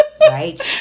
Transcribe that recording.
Right